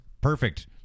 perfect